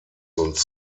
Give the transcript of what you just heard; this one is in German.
uns